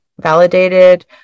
validated